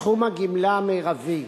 סכום הגמלה המרבית